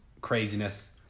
craziness